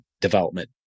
development